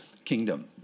kingdom